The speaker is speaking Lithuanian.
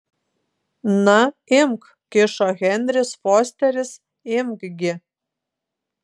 na imk kišo henris fosteris imk gi